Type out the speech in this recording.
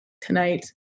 tonight